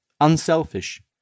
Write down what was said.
unselfish